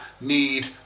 need